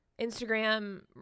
Instagram